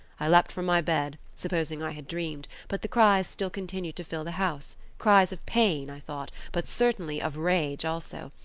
i leaped from my bed, supposing i had dreamed but the cries still continued to fill the house, cries of pain, i thought, but certainly of rage also,